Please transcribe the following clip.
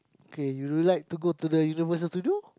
okay you would like to go to the Universal Studio